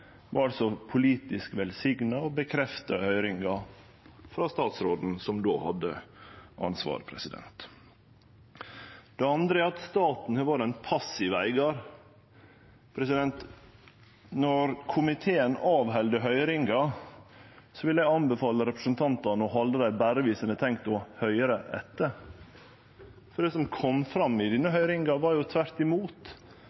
var altså politisk velsigna, og det vart stadfesta i høyringa av statsråden som då hadde ansvaret. Det andre er at staten har vore ein passiv eigar. Når komiteen held høyringar, vil eg tilrå representantane å halde dei berre viss ein har tenkt å høyre etter. Det som kom fram i denne